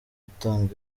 gutanga